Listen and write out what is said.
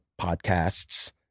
podcasts